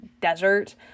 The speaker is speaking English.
desert